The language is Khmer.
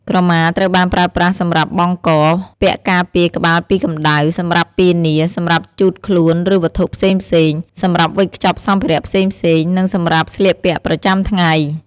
ក្រមាត្រូវបានប្រើប្រាស់សម្រាប់បង់ក ពាក់ការពារក្បាលពីកម្ដៅ សម្រាប់ពានា សម្រាប់ជូតខ្មួនឬវត្ថុផ្សេងៗ សម្រាប់វេចខ្ចប់សម្ភារៈផ្សេងៗ និងសម្រាប់ស្លៀកពាក់ប្រចាំថ្ងៃ។